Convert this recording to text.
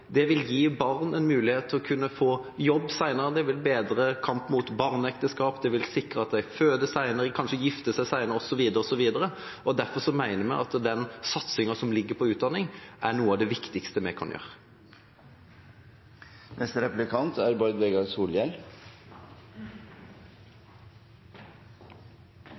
utdanning vil gi barn en mulighet til å kunne få jobb senere, at det vil styrke kampen mot barneekteskap, at det vil sikre at de føder senere, kanskje gifter seg senere, osv. Derfor mener vi at satsinga på utdanning er noe av det viktigste vi kan gjøre. Eg synest det er